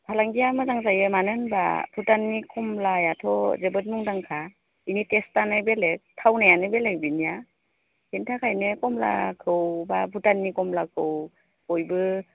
फालांगिया मोजां जायो मानो होमब्ला भुटाननि खमलायाथ' जोबोद मुंदांखा बिनि टेस्टआनो बेलेग थावनायानो बेलेग बेनिया बेनि थाखायनो खमलाखौ दा भुटाननि खमलाखौ बयबो